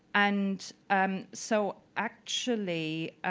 and um so actually,